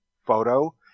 Photo